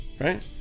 right